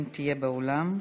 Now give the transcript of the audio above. אם תהיה באולם.